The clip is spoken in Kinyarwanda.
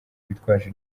bitwaje